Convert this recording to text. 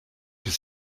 his